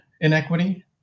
inequity